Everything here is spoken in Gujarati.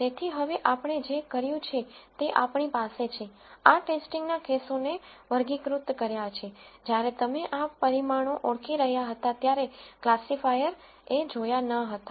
તેથી હવે આપણે જે કર્યું છે તે આપણી પાસે છે આ ટેસ્ટિંગના કેસોને કલાસિફાઇડ કર્યા છે જ્યારે તમે આ પરિમાણો ઓળખી રહ્યા હતા ત્યારે ક્લાસિફાયરે એ જોયા ન હતા